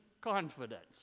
confidence